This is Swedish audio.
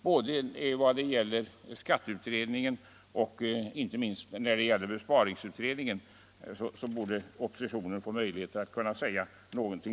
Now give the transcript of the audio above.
Både när det gäller skatteutredningen och inte minst när det gäller besparingsutredningen borde oppositionen få möjlighet att säga någonting.